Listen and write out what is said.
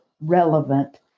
relevant